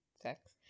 sex